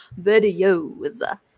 videos